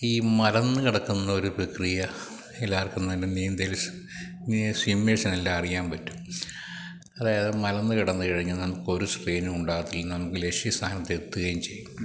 ഈ മലർന്ന് കിടക്കുന്നൊരു പ്രക്രിയ എല്ലാവർക്കും തന്നെ നീന്തൽസ് ഈ സ്വിമ്മേഴ്സിനെല്ലാം അറിയാൻ പറ്റും അതായത് മലർന്നുകിടന്ന് കഴിഞ്ഞ് നമുക്ക് ഒരു സ്ട്രെയിനും ഉണ്ടാകത്തില്ല നമുക്ക് ലക്ഷ്യസ്ഥാനത്തെത്തുകയും ചെയ്യും